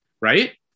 Right